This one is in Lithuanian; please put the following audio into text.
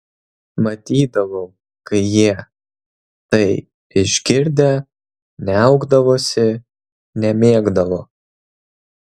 matydavau kai jie tai išgirdę niaukdavosi nemėgdavo